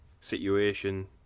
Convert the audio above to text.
situation